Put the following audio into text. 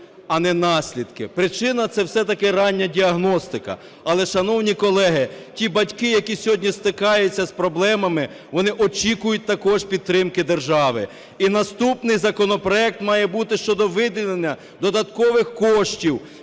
а не наслідки. Причина – це все-таки рання діагностика. Але, шановні колеги, ті батьки, які сьогодні стикаються з проблемами, вони очікують також підтримки держави. І наступний законопроект має бути щодо виділення додаткових коштів